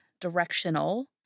directional